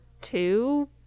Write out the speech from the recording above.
two